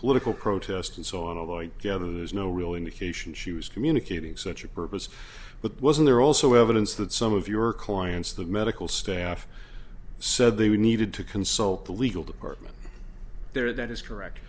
political protest and so on although i gather there's no real indication she was communicating such a purpose but wasn't there also evidence that some of your clients the medical staff said they were needed to consult the legal department there that is correct